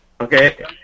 Okay